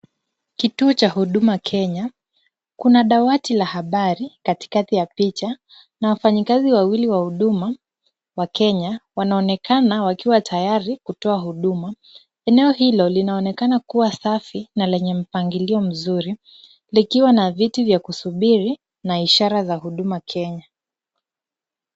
Kituo cha Huduma Kenya, kuna dawati la habari katikati ya picha na wafanyikazi wawili wa Huduma wa Kenya. Wanaonekana wakiwa tayari kutoa huduma. Eneo hilo linaonekana kuwa safi na lenye mpangilio mzuri, likiwa na viti vya kusubiri na ishara za Huduma Kenya.